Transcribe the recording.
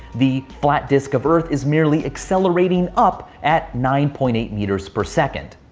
the flat disc of earth is merely accelerating up at nine point eight metres per second.